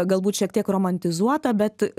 galbūt šiek tiek romantizuotą bet